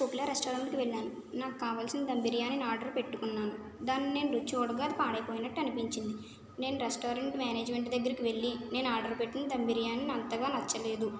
కోకిల రెస్టారెంట్కి వెళ్ళాను నాకు కావాల్సిన ధమ్ బిర్యానీని ఆర్డర్ పెట్టుకున్నాను దాన్ని నేను రుచి చూడగా అది పాడై పోయినట్టు అనిపించింది నేను రెస్టారెంట్ మేనేజ్మెంట్ దగ్గరకు వెళ్ళి నేను ఆర్డర్ పెట్టిన ధమ్ బిర్యానీ అంతగా నచ్చలేదు